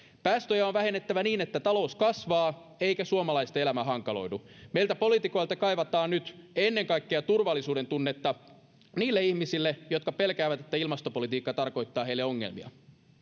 päästöjä on vähennettävä niin että talous kasvaa eikä suomalaisten elämä hankaloidu meiltä poliitikoilta kaivataan nyt ennen kaikkea turvallisuudentunnetta niille ihmisille jotka pelkäävät että ilmastopolitiikka tarkoittaa heille ongelmia